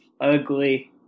ugly